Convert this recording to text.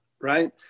right